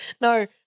No